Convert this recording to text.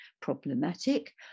problematic